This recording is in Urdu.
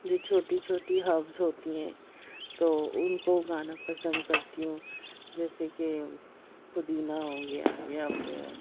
جو چھوٹی چھوٹی ہربس ہوتی ہیں تو ان کو اگانا پسند کرتی ہوں جیسے کہ پودینہ ہو گیا یا پھر